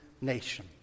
nation